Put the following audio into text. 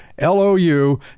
LOU